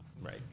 right